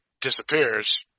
disappears